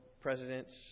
presidents